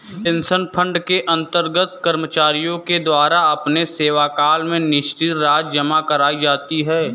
pension fund के अंतर्गत कर्मचारियों के द्वारा अपने सेवाकाल में निश्चित राशि जमा कराई जाती है